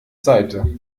seite